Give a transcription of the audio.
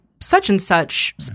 such-and-such